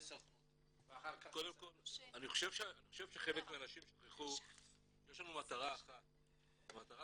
אני חושב שחלק מהאנשים שכחו שיש לנו מטרה אחת והיא